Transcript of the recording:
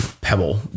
pebble